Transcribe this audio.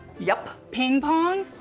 yup. ping pong?